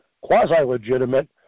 quasi-legitimate